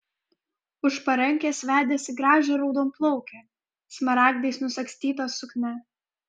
už parankės vedėsi gražią raudonplaukę smaragdais nusagstyta suknia